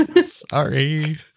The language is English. Sorry